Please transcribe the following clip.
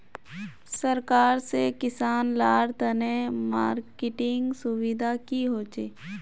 सरकार से किसान लार तने मार्केटिंग सुविधा की होचे?